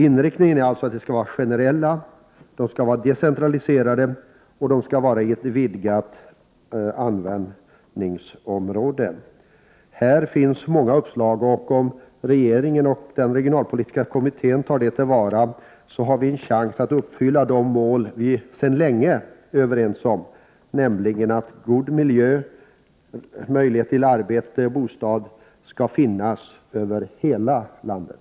Inriktningen är alltså att stödformerna skall vara generella, de skall vara decentraliserade och de skall få ett vidgat användningsområde. Här finns många uppslag, och om regeringen och den regionalpolitiska kommittén tar dem till vara, kan vi ha en chans att uppfylla de mål som vi sedan länge är överens om, nämligen att god miljö samt möjlighet till arbete och bostad skall finnas över hela landet.